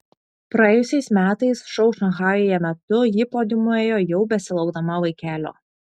praėjusiais metais šou šanchajuje metu ji podiumu ėjo jau besilaukdama vaikelio